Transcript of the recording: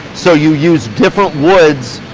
so you use different woods,